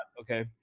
okay